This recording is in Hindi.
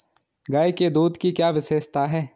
गाय के दूध की क्या विशेषता है?